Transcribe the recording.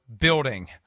building